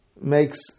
makes